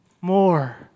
more